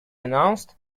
announced